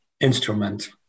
instrument